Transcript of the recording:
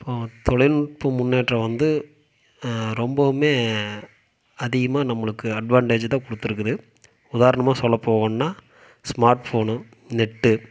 தொழில்நுட்ப முன்னேற்றம் வந்து ரொம்பவும் அதிகமாக நம்மளுக்கு அட்வான்டேஜ் தான் கொடுத்துருக்குது உதாரணமாக சொல்ல போனா ஸ்மார்ட்ஃபோனு நெட்டு